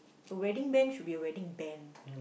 a wedding band should be a wedding band